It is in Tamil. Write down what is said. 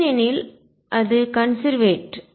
ஏனெனில் அது கன்செர்வேட்